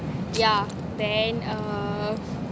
yeah then um